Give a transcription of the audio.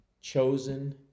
chosen